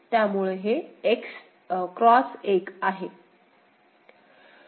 त्यामुळे हे X 1 आहे